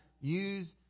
use